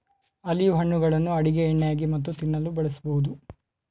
olive ಹಣ್ಣುಗಳನ್ನು ಅಡುಗೆ ಎಣ್ಣೆಯಾಗಿ ಮತ್ತು ತಿನ್ನಲು ಬಳಸಬೋದು